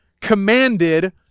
commanded